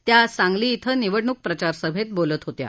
त्या आज सांगली इथं निवडणूक प्रचार सभेत बोलत होत्या